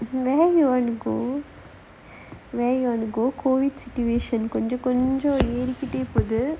where you want to go where you want to go COVID situation கொஞ்சம் கொஞ்சம் ஏறிக்கிட்டே போகுது:konjam konjam erikittae poguthu